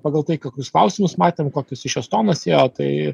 pagal tai kokius klausimus matėm kokius iš jos tonas ėjo tai